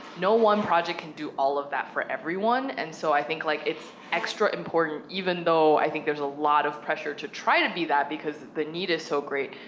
no one project can do all of that for everyone, and so i think, like, it's extra important, even though i think there's a lot of pressure to try to be that, because the need is so great,